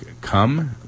come